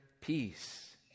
peace